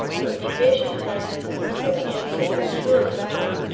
but be patient, friends, for the answer will surely come,